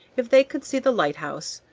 if they could see the lighthouse,